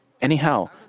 anyhow